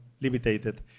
limited